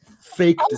fake